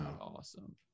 awesome